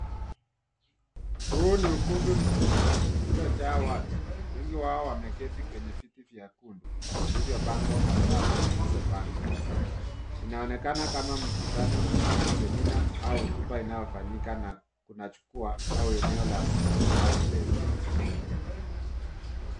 Huu ni ukumbi mkubwa uliojaa watu, wengi wao wameketi kwenye viti vyekundu vilivyopangwa kwa safu zinazopanda. Inaonekana kama mkutano, seminar au hotuba inayofanyika na kuna jukwaa au eneo la mzungumzaji mbele.